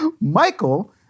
Michael